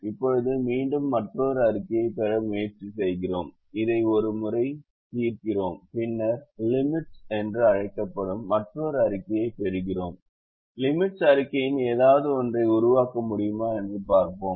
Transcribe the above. இப்போது மீண்டும் மற்றொரு அறிக்கையைப் பெற முயற்சி செய்கிறோம் இதை ஒரு முறை தீர்க்கிறோம் பின்னர் லிமிட்ஸ் என்று அழைக்கப்படும் மற்றொரு அறிக்கையைப் பெறுகிறோம் லிமிட்ஸ் அறிக்கையின் ஏதாவது ஒன்றை உருவாக்க முடியுமா என்று பார்ப்போம்